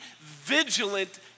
vigilant